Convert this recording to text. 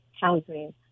housing